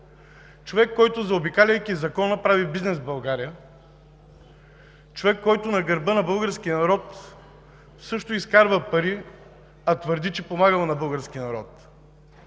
Човек, който, заобикаляйки закона, прави бизнес в България. Човек, който на гърба на българския народ също изкарва пари, а твърди, че помагал на българския народ.